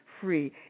free